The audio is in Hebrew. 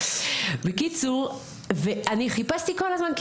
בקיצור ואני חיפשתי כל הזמן,